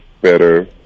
better